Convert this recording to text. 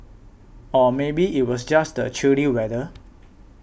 or maybe it was just the chilly weather